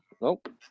Nope